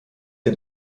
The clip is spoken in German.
der